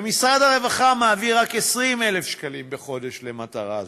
ומשרד הרווחה מעביר רק 20,000 שקלים בחודש למטרה זו.